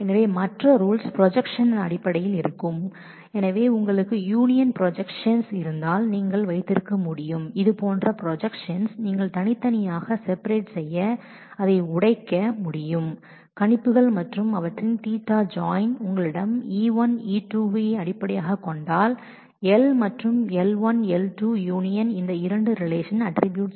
எனவே மற்ற rules projections அடிப்படையில் இருக்கும் எனவே உங்களுக்கு யூனியன் ப்ரொஜெக்ஷன்ஸ் இருந்தால் நீங்கள் அதை உடைக்க முடியும் இது போன்ற நீங்கள் தனித்தனியாக ப்ரொஜெக்ஷன்ஸ்செய்ய முடியும் மற்றும் அவற்றின் Ɵ ஜாயின் உங்களிடம் E1 E2 உடைய Ɵ ஜாயின் Ɵ அடிப்படையில் L1 L2 Ս என்பவை இரண்டு ரிலேஷன் உடைய அட்ட்ரிபூயூட்ஸ்